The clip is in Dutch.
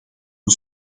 een